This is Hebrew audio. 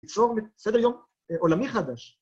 ‫ליצור סדר יום עולמי חדש.